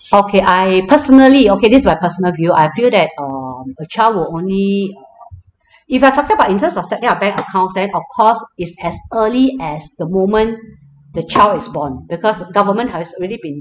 okay I personally okay this is my personal view I feel that um a child will only uh if you're talking about in terms of setting up bank accounts then of course is as early as the moment the child is born because government has already been